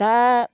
दा